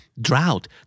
Drought